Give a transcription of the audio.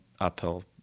uphill